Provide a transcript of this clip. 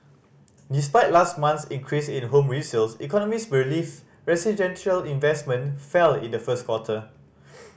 despite last month's increase in home resales economist believe residential investment fell in the first quarter